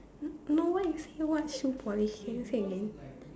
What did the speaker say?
n~ no what you say what shoe polish can you say again